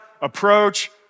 approach